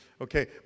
okay